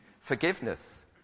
forgiveness